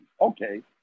Okay